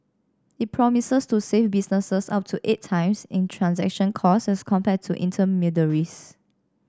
it promises to save businesses up to eight times in transaction costs as compared to intermediaries